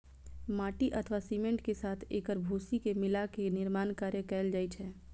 माटि अथवा सीमेंट के साथ एकर भूसी के मिलाके निर्माण कार्य कैल जाइ छै